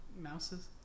Mouses